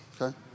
Okay